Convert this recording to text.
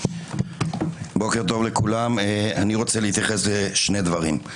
בוקר טוב לכולם, אני רוצה להתייחס לשני דברים.